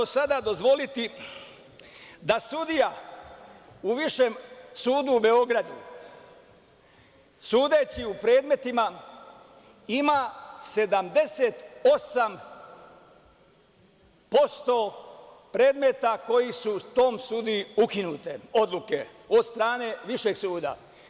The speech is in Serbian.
Kako sada dozvoliti da sudija u Višem sudu u Beogradu sudeći u predmetima ima 78% predmeta, koje su tom sudiji ukinute odluke od strane Višeg suda?